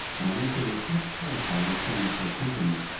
nay we will take care how we come into your company.